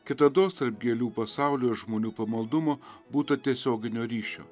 kitados tarp gėlių pasaulio ir žmonių pamaldumo būta tiesioginio ryšio